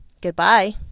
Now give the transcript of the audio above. Goodbye